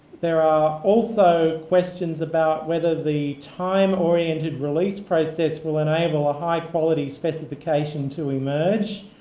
they are are also questions about whether the time oriented release process will enable a high quality specification to emerge.